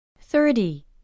thirty